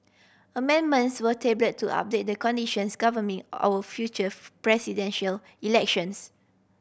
amendments were tabled to update the conditions governing our future presidential elections